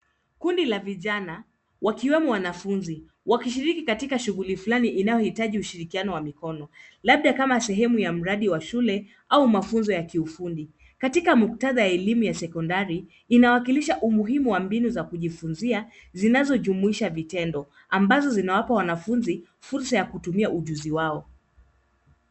Kundi la vijana wakiwemo wanafunzi wakishiriki katika shughuli fulani inayohitaji ushirikiano wa mikono labda kama sehemu ya mradi wa shule au mafunzo ya kiufundi. Katika muktadha ya elimu ya sekondari, inawakilisha umuhimu wa mbinu za kujifunzia zinazojumuisha vitendo ambazo zinawapa wanafunzi fursa ya kutumia ujuzi wao.